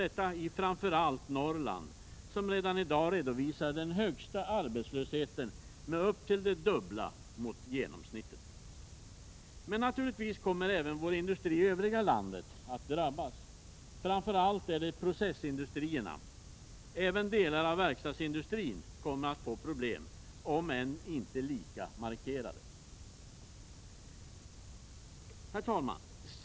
Detta gäller framför allt Norrland, som redan i dag redovisar den högsta arbetslösheten med upp till det dubbla mot genomsnittet. Men naturligtvis kommer även vår industri i övriga landet att drabbas, framför allt processindustrierna. Även delar av verkstadsindustrin kommer att få problem, om än inte lika markerade. Herr talman!